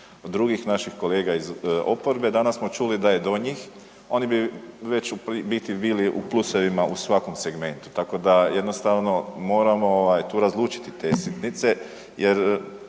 drugih naših kolega iz oporbe danas smo čuli da je do njih oni bi već u biti bili u plusevima u svakom segmentu, tako da jednostavno moramo ovaj tu razlučiti te sitnice jer